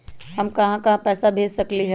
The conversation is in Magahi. हम कहां कहां पैसा भेज सकली ह?